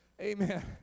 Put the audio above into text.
Amen